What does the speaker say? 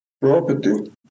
property